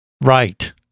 Right